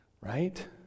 right